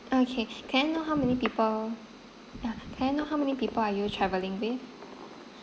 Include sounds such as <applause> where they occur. okay can I know how many <noise> people ya can I know how many people are you travelling with